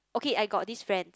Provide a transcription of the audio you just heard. okay I got this friend